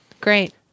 great